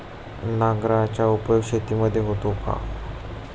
नांगराचा उपयोग शेतीमध्ये होतो का?